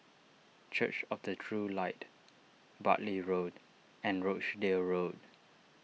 Church of the True Light Bartley Road and Rochdale Road